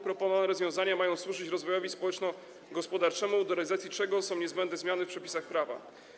Proponowane rozwiązania mają służyć rozwojowi społeczno-gospodarczemu, do realizacji czego są niezbędne zmiany w przepisach prawa.